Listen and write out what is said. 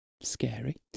Scary